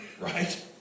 Right